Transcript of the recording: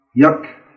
Yuck